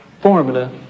formula